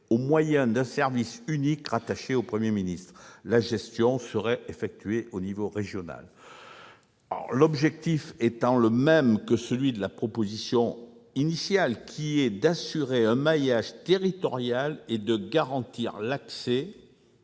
au moyen d'un service unique rattaché au Premier ministre. La gestion serait effectuée à l'échelon régional. L'objectif est le même que celui de la proposition de loi initiale : assurer un maillage territorial et garantir l'accès